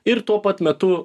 ir tuo pat metu